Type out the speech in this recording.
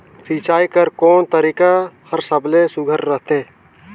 सिंचाई कर कोन तरीका हर सबले सुघ्घर रथे?